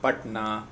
Patna